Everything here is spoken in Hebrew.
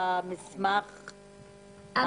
המסמך העבה הזה?